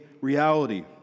reality